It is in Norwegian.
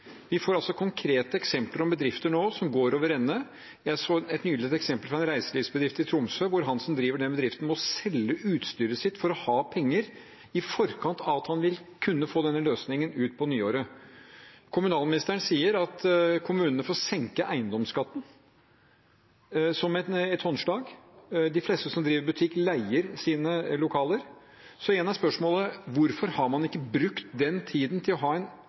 Vi får nå konkrete eksempler på bedrifter som går over ende. Jeg så nylig et eksempel fra en reiselivsbedrift i Tromsø, hvor han som driver den bedriften, må selge utstyret sitt for å ha penger i forkant av at han vil kunne få denne løsningen utpå nyåret. Kommunalministeren sier at kommunene får senke eiendomsskatten som et håndslag. De fleste som driver butikk, leier sine lokaler. Så igjen er spørsmålet: Hvorfor har man ikke brukt den tiden til å ha en